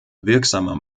wirksamer